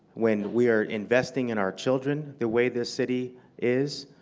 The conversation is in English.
when we are investing in our children the way this city is,